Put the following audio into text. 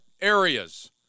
areas